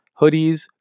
hoodies